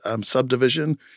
subdivision